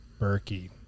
Berkey